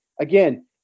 Again